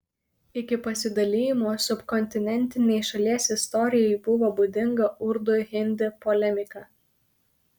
iki pasidalijimo subkontinentinei šalies istorijai buvo būdinga urdu hindi polemika